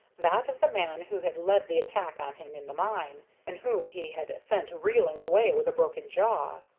that of the man who had led the attack on him in the mine, and whom he had sent reeling away with a broken jaw.